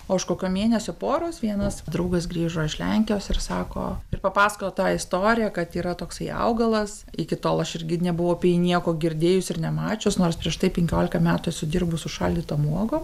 o už kokio mėnesio poros vienas draugas grįžo iš lenkijos ir sako ir papasakojo tą istoriją kad yra toksai augalas iki tol aš irgi nebuvau apie jį nieko girdėjus ir nemačius nors prieš tai penkiolika metų esu dirbus su šaldytom uogom